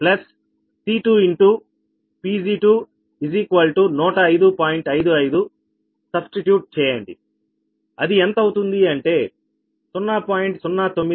55 ప్రత్యామ్న్యాయం చేయండి అది ఎంత అవుతుంది అంటే 0